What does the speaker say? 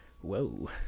Whoa